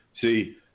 See